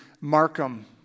Markham